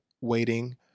waiting